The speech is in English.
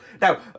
Now